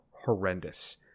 horrendous